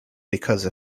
because